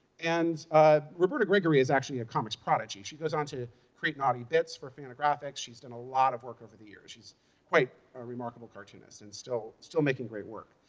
and ah roberta gregory is actually a comics prodigy. she goes on to create naughty bits for fantagraphics. she's done a lot of work over the years. she's quite a remarkable cartoonist and still still making great work.